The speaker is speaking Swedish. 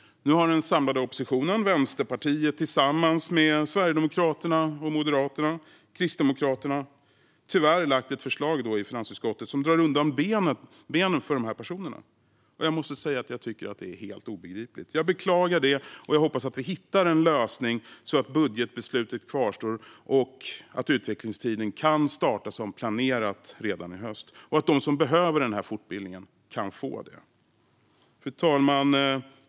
Nu har den samlade oppositionen - Vänsterpartiet tillsammans med Sverigedemokraterna, Moderaterna och Kristdemokraterna - tyvärr lagt ett förslag i finansutskottet som slår undan benen för dessa personer. Jag måste säga att jag tycker att det är helt obegripligt. Jag beklagar det, och jag hoppas att vi hittar en lösning så att budgetbeslutet kvarstår och att utvecklingstiden kan starta som planerat redan i höst så att de som behöver den här fortbildningen kan få den. Fru talman!